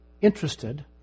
interested